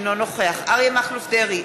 אינו נוכח אריה מכלוף דרעי,